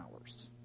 hours